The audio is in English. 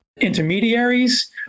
intermediaries